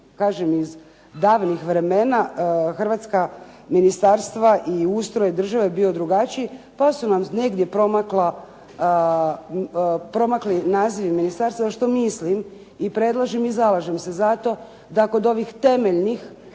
kažem iz davnih vremena, hrvatska ministarstva i ustroj države je bio drugačiji pa su nam negdje promakli nazivi ministarstava što mislim i predlažem i zalažem se za to da kod ovih temeljnih